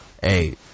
Hey